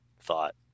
thought